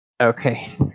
Okay